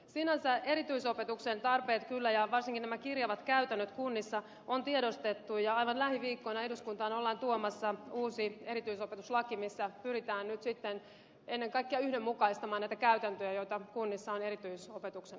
sinänsä erityisopetuksen tarpeet kyllä ja varsinkin nämä kirjavat käytännöt kunnissa on tiedostettu ja aivan lähiviikkoina eduskuntaan ollaan tuomassa uusi erityisopetuslaki missä pyritään nyt sitten ennen kaikkea yhdenmukaistamaan näitä käytäntöjä joita kunnissa on erityisopetuksen